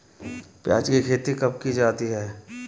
प्याज़ की खेती कब की जाती है?